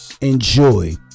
Enjoy